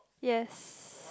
yes